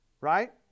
Right